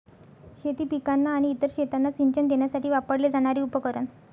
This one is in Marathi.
शेती पिकांना आणि इतर शेतांना सिंचन देण्यासाठी वापरले जाणारे उपकरण